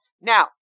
Now